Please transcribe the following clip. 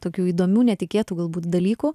tokių įdomių netikėtų galbūt dalykų